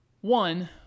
One